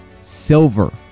silver